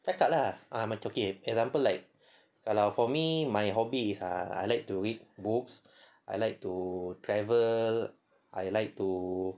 cakap lah macam okay example like kalau for me my hobbies is ah I like to read books I like to travel I like to